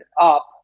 up